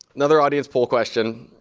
another audience poll question,